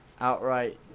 outright